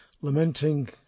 lamenting